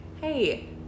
hey